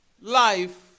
life